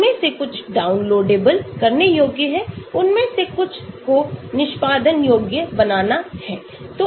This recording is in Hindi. इनमें से कुछ डाउनलोड करने योग्य हैं उनमें से कुछ को निष्पादन योग्य बनाना है